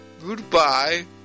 Goodbye